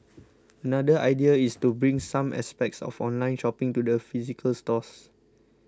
another idea is to bring some aspects of online shopping to the physical stores